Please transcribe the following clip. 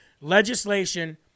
legislation